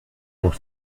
pour